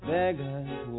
Beggars